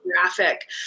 graphic